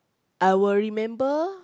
I will remember